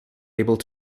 able